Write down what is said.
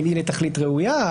האם היא לתכלית ראויה,